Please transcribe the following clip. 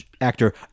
actor